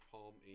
Palm